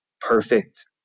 perfect